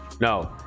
no